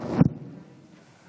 אדוני השר,